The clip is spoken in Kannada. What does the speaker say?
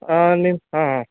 ನಿಮ್ಮ ಹಾಂ